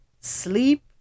sleep